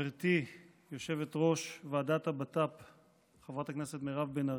חברתי יושבת-ראש ועדת הבט"פ חברת הכנסת מירב בן ארי,